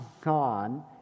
gone